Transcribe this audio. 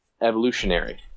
evolutionary